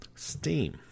steam